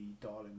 Darling